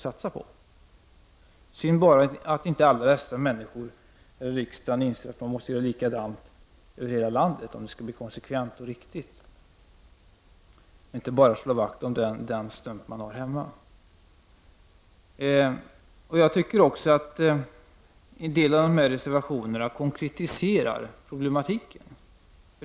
Det är synd att inte alla dessa människor i riksdagen inser att man måste göra så över hela landet om det skall vara konsekvent och riktigt, och att man inte bara slår vakt om den stump man har hemmavid. Jag tycker att en del av reservationerna konkretiserar problematiken.